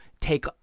take